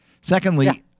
Secondly